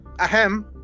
Ahem